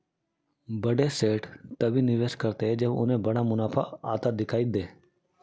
बड़े सेठ तभी निवेश करते हैं जब उन्हें बड़ा मुनाफा आता दिखाई दे